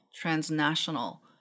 transnational